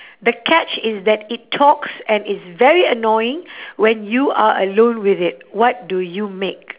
the catch is that it talks and is very annoying when you are alone with it what do you make